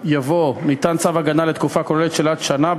יבוא: ניתן צו הגנה לתקופה כוללת של עד שנה,